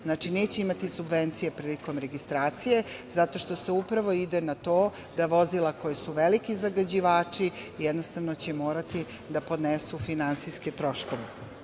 Znači, neće imati subvencije prilikom registracije, zato što se upravo ide na to da vozila koja su veliki zagađivači jednostavno će morati da podnesu finansijske troškove.